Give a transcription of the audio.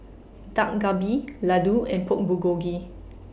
Dak Galbi Ladoo and Pork Bulgogi